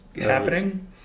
happening